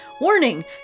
Warning